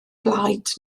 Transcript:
blaid